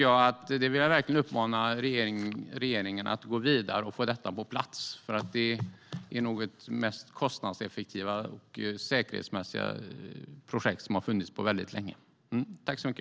Jag vill därför verkligen uppmana regeringen att gå vidare och få detta på plats, för det är nog det mest kostnadseffektiva säkerhetsprojekt som har funnits på väldigt länge.